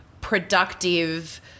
productive